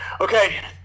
Okay